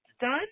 done